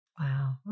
Wow